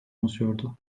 oluşuyordu